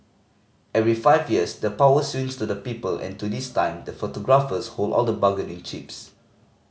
every five years the power swings to the people and to this time the photographers hold all the bargaining chips